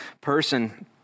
person